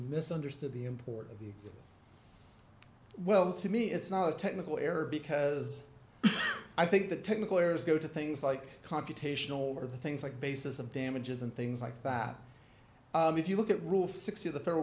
misunderstood the import of the well to me it's not a technical error because i think the technical errors go to things like computational or things like basis of damages and things like that if you look at rule six of the federal